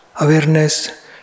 awareness